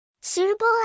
Suitable